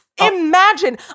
Imagine